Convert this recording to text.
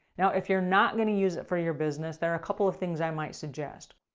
now if you're not going to use it for your business there a couple of things i might suggest.